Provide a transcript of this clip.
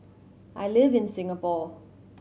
I live in Singapore